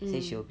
mm